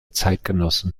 zeitgenossen